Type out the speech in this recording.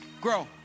Grow